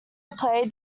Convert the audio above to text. play